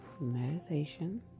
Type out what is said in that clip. meditation